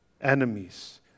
enemies